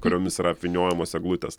kuriomis yra apvyniojamos eglutės